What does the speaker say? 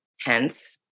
tense